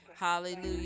Hallelujah